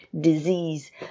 disease